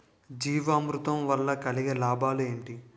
జీవామృతం వల్ల కలిగే లాభాలు ఏంటి?